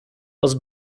was